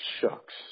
Shucks